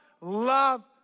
love